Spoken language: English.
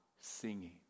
singing